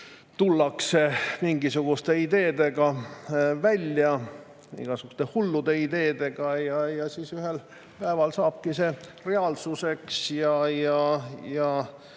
tullakse välja mingisuguste ideedega, igasuguste hullude ideedega, ja siis ühel päeval saavadki need reaalsuseks ja